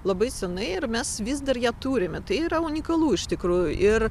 labai seniai ir mes vis dar ją turime tai yra unikalu iš tikrųjų ir